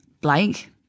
Blake